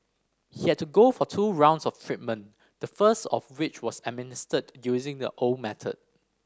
he had to go for two rounds of treatment the first of which was administered using the old method